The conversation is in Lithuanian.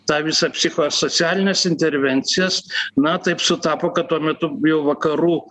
tą visą psichosocialines intervencijas na taip sutapo kad tuo metu jau vakarų